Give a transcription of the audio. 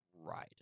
right